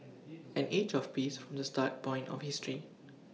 an age of peace from the starting point of history